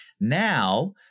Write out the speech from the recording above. now